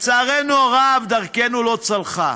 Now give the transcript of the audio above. לצערנו הרב, דרכנו לא צלחה.